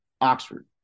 Oxford